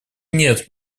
нет